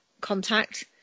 contact